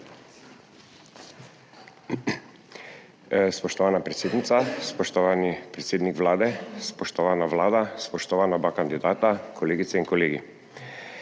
Spoštovana predsednica, spoštovani predsednik Vlade, spoštovana Vlada, spoštovana oba kandidata, kolegice in kolegi.